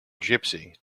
gypsy